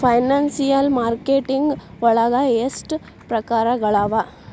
Financial marketing ವಳಗ ಎಷ್ಟ್ ಪ್ರಕ್ರಾರ್ಗಳವ?